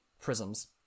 prisms